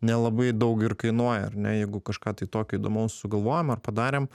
nelabai daug ir kainuoja ar ne jeigu kažką tai tokio įdomaus sugalvojom ir padarėm